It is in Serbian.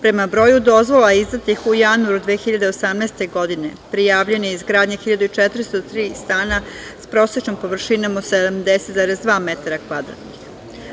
Prema broju dozvola izdatih u januaru 2018. godine prijavljena je izgradnja 1.403 stana, s prosečnom površinom od 70,2 metara kvadratnih.